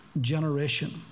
generation